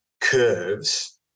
curves